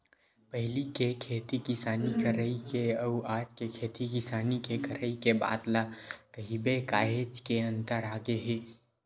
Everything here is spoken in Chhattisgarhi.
पहिली के खेती किसानी करई के अउ आज के खेती किसानी के करई के बात ल कहिबे काहेच के अंतर आगे हे